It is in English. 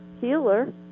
healer